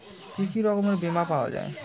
কি কি রকমের বিমা পাওয়া য়ায়?